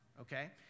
okay